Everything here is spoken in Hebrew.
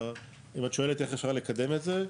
אם את שואלת איך אפשר לקדם את זה,